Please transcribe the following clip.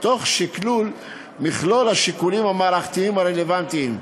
תוך שקלול מכלול השיקולים המערכתיים הרלוונטיים.